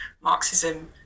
Marxism